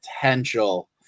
potential